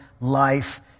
life